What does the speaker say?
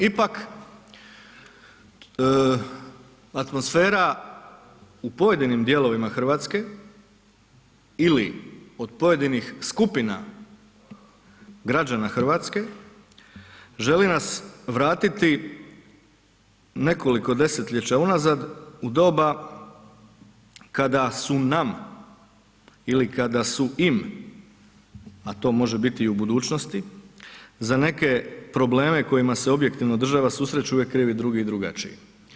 Ipak, atmosfera u pojedinom dijelovima Hrvatske ili od pojedinih skupina građana Hrvatske želi nas vratiti nekoliko desetljeća unazad u doba kada su nam ili kada su im a to može biti i u budućnosti, za neke probleme kojima se objektivno država susreće, uvijek je kriv drugi i drugačiji.